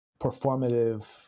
performative